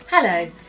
Hello